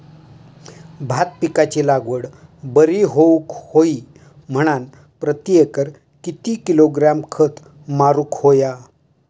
भात पिकाची लागवड बरी होऊक होई म्हणान प्रति एकर किती किलोग्रॅम खत मारुक होया?